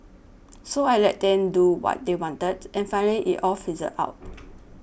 so I let them do what they wanted and finally it all fizzled out